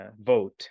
vote